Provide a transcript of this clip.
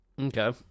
Okay